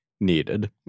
needed